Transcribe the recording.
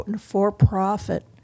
for-profit